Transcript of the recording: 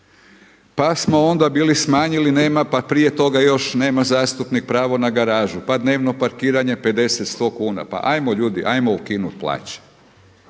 pa smo onda bili smanjili nema pa prije toga još nema zastupnik pravo na garažu pa dnevno parkiranje 50, 100 kuna pa ajmo ljudi, ajmo ukinut plaće.